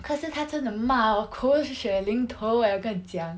可是她真的骂 orh 狗血淋头 eh 我跟你讲